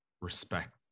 respect